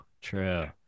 true